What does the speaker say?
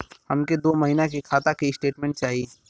हमके दो महीना के खाता के स्टेटमेंट चाही?